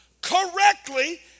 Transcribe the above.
correctly